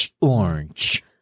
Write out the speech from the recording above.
orange